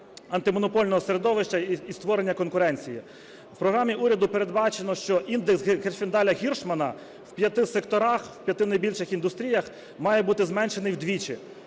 антимонопольного середовища і створення конкуренції. В програмі уряду передбачено, що індекс Герфіндаля-Гіршмана в п'яти секторах, в п'яти найбільших індустріях має бути зменшений вдвічі,